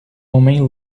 homem